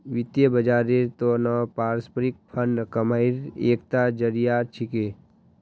वित्त बाजारेर त न पारस्परिक फंड कमाईर एकता जरिया छिके